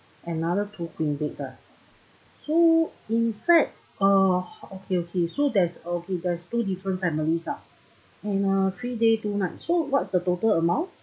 another two queen bed lah so in fact uh okay okay so there's okay there's two different families lah and uh three day two night so what's the total amount